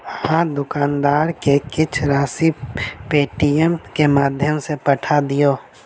अहाँ दुकानदार के किछ राशि पेटीएमम के माध्यम सॅ पठा दियौ